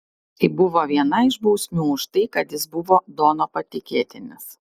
tai buvo viena iš bausmių už tai kad jis buvo dono patikėtinis